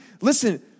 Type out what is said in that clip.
Listen